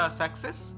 success